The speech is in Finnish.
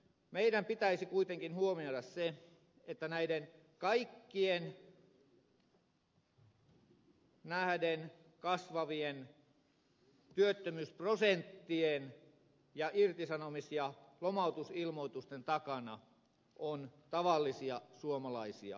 meidän pitäisi kuitenkin huomioida se että näiden kaikkien kasvavien työttömyysprosenttien ja irtisanomis ja lomautusilmoitusten takana on tavallisia suomalaisia ihmisiä